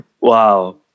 Wow